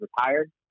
retired